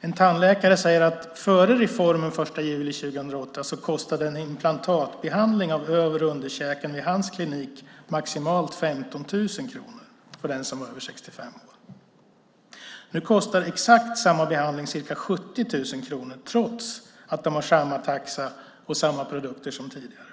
En tandläkare säger att före reformen den 1 juli 2008 kostade en implantatbehandling av över och underkäken vid hans klinik maximalt 15 000 kronor för den som var över 65 år. Nu kostar exakt samma behandling ca 70 000 kronor trots att de har samma taxa och samma produkter som tidigare.